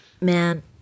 Man